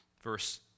Verse